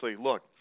look